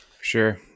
Sure